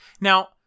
Now